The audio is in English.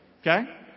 Okay